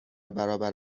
برابر